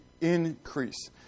increase